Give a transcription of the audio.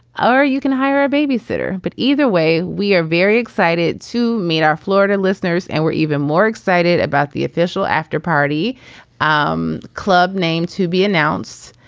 oh, you can hire a babysitter. but either way, we are very excited to meet our florida listeners and we're even more excited about the official after party um club name to be announced.